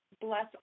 bless